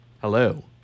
Hello